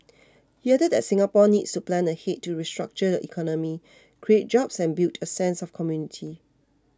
he added that Singapore needs to plan ahead to restructure the economy create jobs and build a sense of community